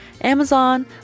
Amazon